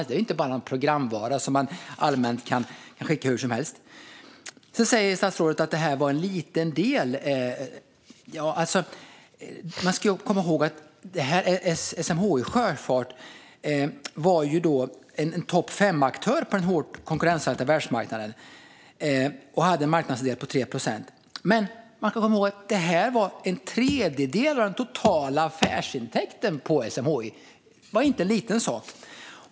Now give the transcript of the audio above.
Det handlar inte bara om en programvara som man allmänt sett kan skicka hur som helst. Statsrådet säger också att detta var en liten del. Man ska då komma ihåg att SMHI Sjöfart var en topp 5-aktör på den hårt konkurrenssatta världsmarknaden och hade en marknadsandel på 3 procent. Men det här utgjorde en tredjedel av den totala affärsintäkten på SMHI. Det var alltså inte en liten sak.